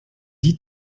die